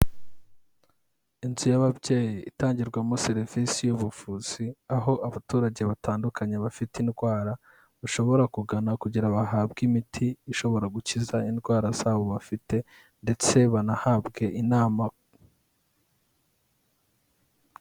Inzu y'ababyeyi itangirwamo serivisi y'ubuvuzi aho abaturage batandukanye bafite indwara bashobora kugana kugira bahabwe imiti ishobora gukiza indwara zabo bafite ndetse banahabwe inama.